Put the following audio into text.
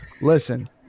listen